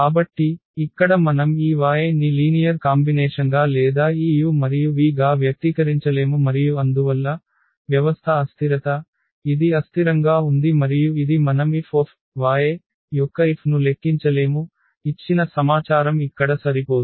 కాబట్టి ఇక్కడ మనం ఈ y ని లీనియర్ కాంబినేషన్గా లేదా ఈ u మరియు v గా వ్యక్తీకరించలేము మరియు అందువల్ల వ్యవస్థ అస్థిరత ఇది అస్థిరంగా ఉంది మరియు ఇది మనం F యొక్క F ను లెక్కించలేము ఇచ్చిన సమాచారం ఇక్కడ సరిపోదు